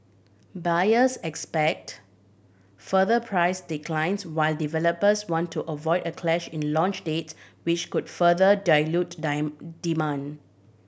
buyers expect further price declines while developers want to avoid a clash in launch date which could further dilute demand